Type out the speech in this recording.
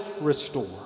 restore